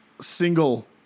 single